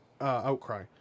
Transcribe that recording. outcry